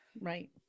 right